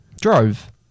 Drove